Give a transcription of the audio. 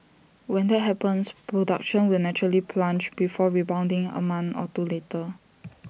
when that happens production will naturally plunge before rebounding A month or two later